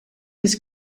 was